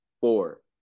four